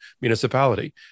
municipality